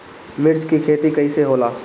मिर्च के खेती कईसे होला?